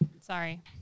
sorry